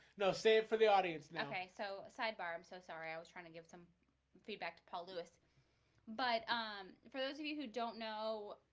know save for the audience. and okay, so a sidebar i'm so sorry. i was trying to give some feedback to paul lewis but um for those of you who don't know